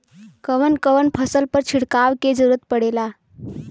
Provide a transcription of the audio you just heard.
कवन कवन फसल पर छिड़काव के जरूरत पड़ेला?